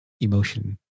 emotion